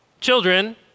children